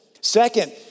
Second